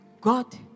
God